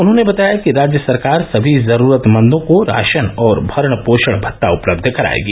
उन्होंने बताया कि राज्य सरकार समी जरूरतमंदों को राशन और भरण पोषण भत्ता उपलब्ध करायेगी